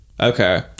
Okay